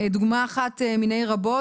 דוגמה אחת מיני רבות,